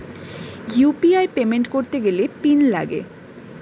UPI payment করতে গেলে pin লাগে